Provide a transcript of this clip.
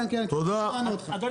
שמענו אותך.